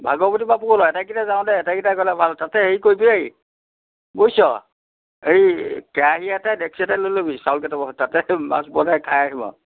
ভাগৱতী বাবুকো ল এটাইকেইটাই যাওঁ দে আটাইকেইটা গ'লে ভাল তাতে সেই কৰিবি ঐ বুইছ হেৰি কেৰাহী এটাই ডেক্সী এটাই লৈ ল'বি চাউলকেইটামানো তাতে মাছ বনাই খাই আহিম আৰু